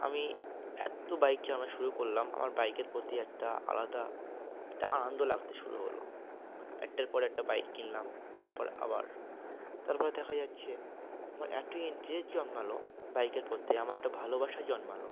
আমি এত বাইক চালানো শুরু করলাম আমার বাইকের প্রতি একটা আলাদা একটা আনন্দ লাগতে শুরু হলো একটার পরে একটা বাইক কিনলাম তারপর আবার তারপর দেখা যাচ্ছে আমার এত ইন্টারেস্ট জন্মালো বাইকের প্রতি আমার একটা ভালোবাসা জন্মালো